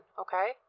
okay